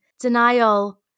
Denial